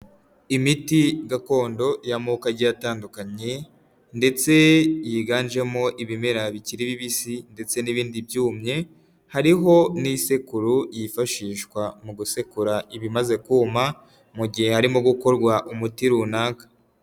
Imiti gakondo y'amoko agiye atandukanye, ndetse yiganjemo ibimera bikiri bibisi ndetse n'ibindi byumye. Hariho n'isekuru yifashishwa mu gusekura ibimaze kuma mu gihe harimo gukorwa umuti runaka.